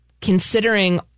considering